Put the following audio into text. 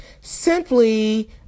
simply